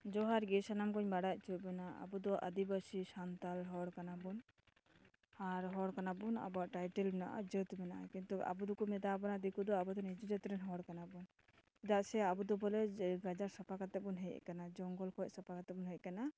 ᱡᱚᱦᱟᱨ ᱜᱮ ᱥᱟᱱᱟᱢ ᱠᱚᱧ ᱵᱟᱲᱟᱭ ᱚᱪᱚᱭᱮᱫ ᱵᱚᱱᱟ ᱟᱵᱚᱫᱚ ᱟᱹᱫᱤᱵᱟᱥᱤ ᱥᱟᱱᱛᱟᱲ ᱦᱚᱲ ᱠᱟᱱᱟᱵᱚᱱ ᱟᱨ ᱦᱚᱲ ᱠᱟᱱᱟᱵᱚᱱ ᱟᱵᱚᱣᱟᱜ ᱴᱟᱭᱴᱮᱞ ᱢᱮᱱᱟᱜᱼᱟ ᱡᱟᱹᱛ ᱢᱮᱱᱟᱜᱼᱟ ᱠᱤᱱᱛᱩ ᱟᱵᱚ ᱫᱚᱠᱚ ᱢᱮᱛᱟᱵᱚᱱᱟ ᱫᱤᱠᱩ ᱫᱚ ᱟᱵᱚᱫᱚ ᱱᱤᱪᱩ ᱡᱟᱹᱛᱨᱮᱱ ᱦᱚᱲ ᱠᱟᱱᱟᱵᱚᱱ ᱪᱮᱫᱟᱜ ᱥᱮ ᱟᱵᱚᱫᱚ ᱵᱚᱞᱮ ᱜᱟᱡᱟᱲ ᱥᱟᱯᱷᱟ ᱠᱟᱛᱮᱫ ᱵᱚᱱ ᱦᱮᱡ ᱟᱠᱟᱱᱟ ᱡᱚᱝᱜᱚᱞ ᱠᱷᱚᱡ ᱥᱟᱯᱷᱟ ᱠᱟᱛᱮ ᱵᱚᱱ ᱦᱮᱡ ᱟᱠᱟᱱᱟ